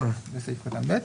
בסעיף קטן (ב).